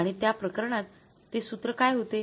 आणि त्या प्रकरणात ते सूत्र काय होते